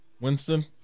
Winston